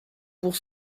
pour